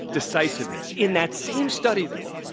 decisiveness. in that same study, though,